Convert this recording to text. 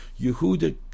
Yehuda